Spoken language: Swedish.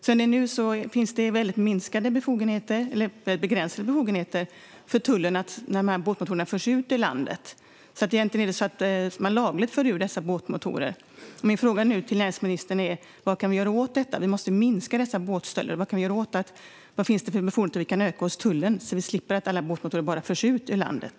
Som det är nu finns det begränsade befogenheter för tullen när dessa båtmotorer förs ut ur landet. Egentligen för man alltså ut dem lagligt. Min fråga till näringsministern är vad vi kan göra åt detta. Vi måste minska båtstölderna. Vilka ökade befogenheter kan vi ge tullen så vi slipper se alla båtmotorer föras ut ur landet?